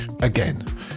again